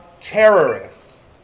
terrorists